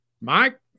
mike